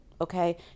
Okay